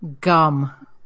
Gum